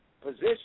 position